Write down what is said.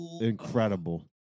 incredible